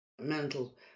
mental